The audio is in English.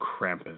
Krampus